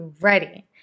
ready